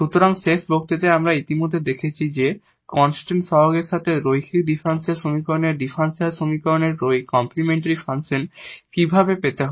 সুতরাং শেষ বক্তৃতায় আমরা ইতিমধ্যে দেখেছি যে কন্সট্যান্ট কোইফিসিয়েন্টের সাথে লিনিয়ার ডিফারেনশিয়াল সমীকরণের ডিফারেনশিয়াল সমীকরণের কমপ্লিমেন্টরি ফাংশন কীভাবে পেতে হয়